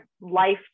life